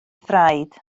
thraed